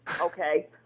okay